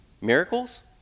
miracles